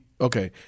Okay